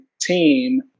team